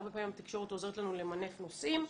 הרבה פעמים התקשורת עוזרת לנו למנף נושאים.